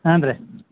ಹಾಂ ರೀ